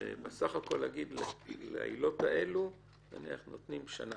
ובסך הכול להגיד שלעילות האלה, נניח, נותנים שנה,